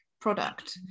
product